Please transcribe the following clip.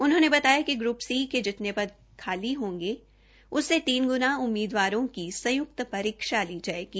उन्होंने बताया कि ग्र्प सी के जितने पद खाली होंगे उससे तीन ग्णा उम्मीदवारों की संयुक्त परीक्षा ली जायेगी